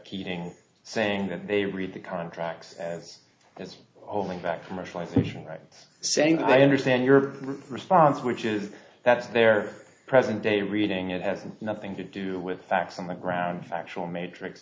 keating saying that they read the contracts and that's only back commercialisation rights saying i understand your response which is that's their present day reading it has nothing to do with facts on the ground factual matrix